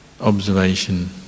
observation